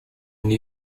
new